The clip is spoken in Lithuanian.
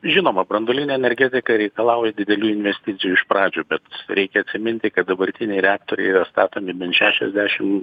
žinoma branduolinė energetika reikalauja didelių investicijų iš pradžių bet reikia atsiminti kad dabartiniai reaktoriai yra statomi bent šešiasdešim